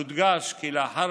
יודגש כי לאחר